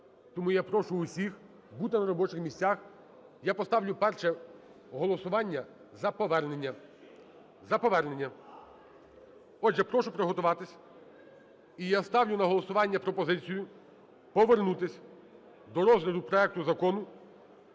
тому я прошу всіх бути на робочих місцях. Я поставлю перше голосування за повернення, за повернення. Отже, прошу приготуватись. І я ставлю на голосування пропозицію повернутись до розгляду проекту закону